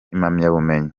impamyabumenyi